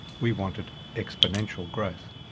we wanted exponential growth.